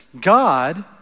God